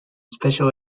special